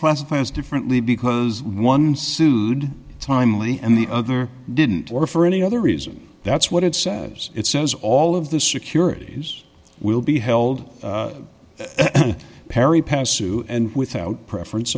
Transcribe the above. classify as differently because one sued timely and the other didn't or for any other reason that's what it says it says all of the securities will be held perry passed sue and without preference